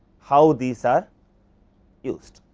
how these are used?